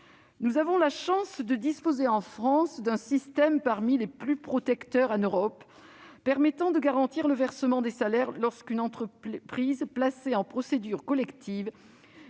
Nous avons la chance de disposer en France d'un système parmi les plus protecteurs en Europe, permettant de garantir le versement des salaires lorsqu'une entreprise placée en procédure collective